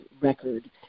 record